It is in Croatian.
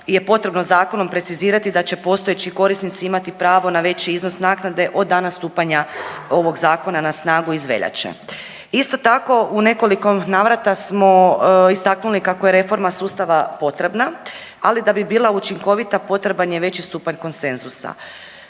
je potrebno zakonom precizirati da će postojeći korisnicima imati pravo na veći iznos naknade od dana stupanja ovog Zakona na snagu iz veljače. Isto tako, u nekoliko navrata smo istaknuli kako je reforma sustava potrebna, ali da bi bila učinkovita, potreban je veći stupanj konsenzusa.